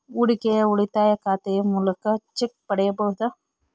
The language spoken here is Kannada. ಹೂಡಿಕೆಯ ಉಳಿತಾಯ ಖಾತೆಯ ಮೂಲಕ ಚೆಕ್ ಪಡೆಯಬಹುದಾ?